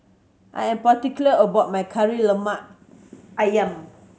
I am particular about my Kari Lemak Ayam